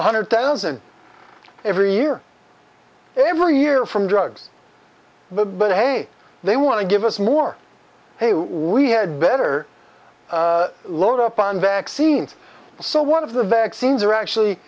one hundred thousand every year every year from drugs but but hey they want to give us more we had better load up on vaccines so one of the vaccines are actually